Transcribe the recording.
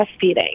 breastfeeding